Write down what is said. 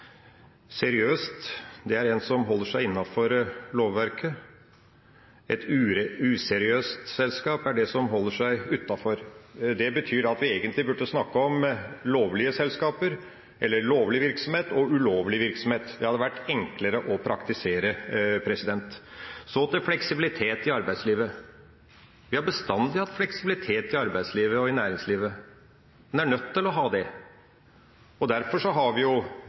vi egentlig burde snakke om lovlige selskaper – eller lovlig virksomhet og ulovlig virksomhet. Det hadde vært enklere å praktisere. Så til fleksibilitet i arbeidslivet. Vi har bestandig hatt fleksibilitet i arbeidslivet og i næringslivet. Man er nødt til å ha det. Derfor har vi